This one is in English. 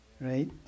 Right